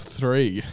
three